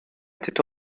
était